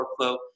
workflow